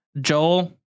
Joel